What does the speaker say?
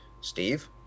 Steve